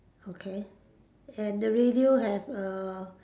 okay and the radio have a